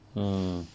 mm